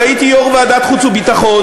כשהייתי יושב-ראש ועדת חוץ וביטחון,